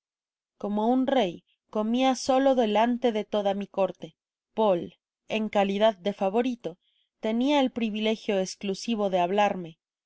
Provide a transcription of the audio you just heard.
como un rey comia solo delante da toda mi corte poli en calidad de favorito tenia el privilegio esclusivo de hablarme